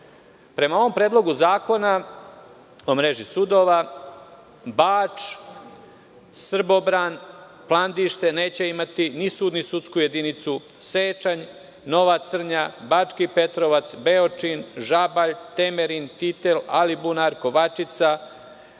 ovom predlogu zakona po mreži sudova Bač, Srbobran, Plandište, neće imati ni sud ni sudsku jedinicu, Sečanj, Nova Crnja, Bački Petrovac, Beočin, Žabalj, Temerin, Titel, Alibunar, Kovačica,